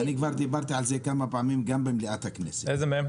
ואני כבר דיברתי על זה כמה פעמים גם במליאת הכנסת --- איזה מהם?